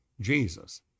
Jesus